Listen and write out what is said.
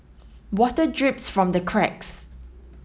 water drips from the cracks